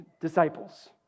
disciples